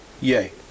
Yay